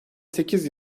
sekiz